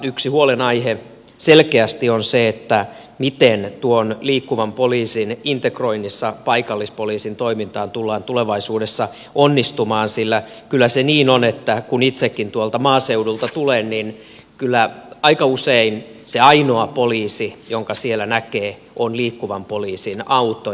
yksi huolenaihe selkeästi on se miten tuon liikkuvan poliisin integroinnissa paikallispoliisin toimintaan tullaan tulevaisuudessa onnistumaan sillä kyllä se niin on että kun itsekin tuolta maaseudulta tulen niin kyllä aika usein se ainoa poliisi jonka siellä näkee on liikkuvan poliisin auto